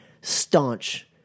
staunch